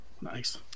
nice